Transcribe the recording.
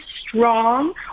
strong